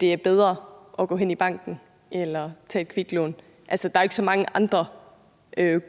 det er bedre at gå hen i banken eller at tage et kviklån. Der er jo ikke så mange andre